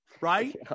Right